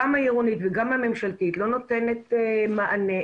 גם העירונית וגם הממשלתית לא נותנת מענה,